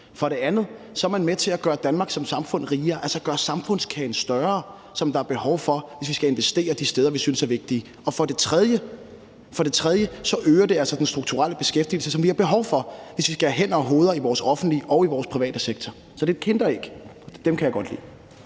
For det andet er man med til at gøre Danmark rigere som samfund, altså at gøre samfundskagen større, hvilket der er behov for, hvis vi skal investere de steder, vi synes er vigtige. Og for det tredje øger det altså den strukturelle beskæftigelse, hvilket vi har behov for, hvis vi skal have hænder og hoveder i vores offentlige og i vores private sektor. Så det er et kinderæg – dem kan jeg godt lide.